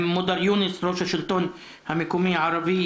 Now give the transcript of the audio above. עם מר יונס יושב-ראש השלטון המקומי הערבי.